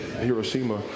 Hiroshima